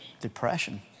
depression